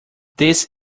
this